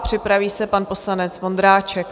Připraví se pan poslanec Vondráček.